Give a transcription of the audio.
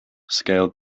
scaled